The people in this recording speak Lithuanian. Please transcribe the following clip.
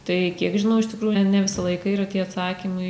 tai kiek žinau iš tikrųjų ne visą laiką yra tie atsakymai